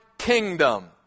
Kingdom